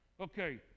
okay